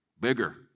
bigger